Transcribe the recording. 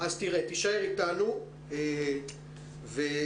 תישאר איתנו ותאזין.